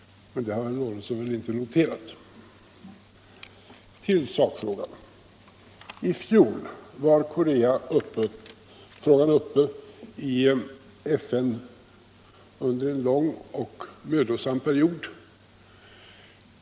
men det har tydligen inte herr Lorentzon noterat. Så till sakfrågan. I fjol var Koreafrågan uppe i FN under en lång och mödosam period.